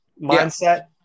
mindset